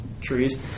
trees